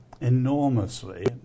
enormously